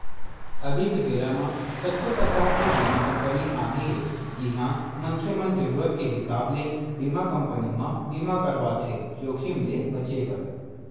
अभी के बेरा कतको परकार के बीमा कंपनी आगे हे जिहां मनखे मन जरुरत के हिसाब ले बीमा कंपनी म बीमा करवाथे जोखिम ले बचें बर